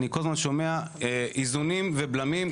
אני כל הזמן שומע - איזונים ובלמים,